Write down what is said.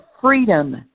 freedom